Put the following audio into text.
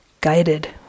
guided